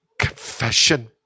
confession